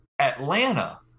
Atlanta